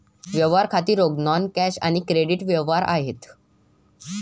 व्यवहार खाती रोख, नॉन कॅश आणि क्रेडिट व्यवहार आहेत